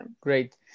Great